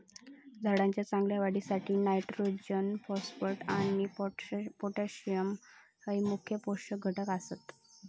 झाडाच्या चांगल्या वाढीसाठी नायट्रोजन, फॉस्फरस आणि पोटॅश हये मुख्य पोषक घटक आसत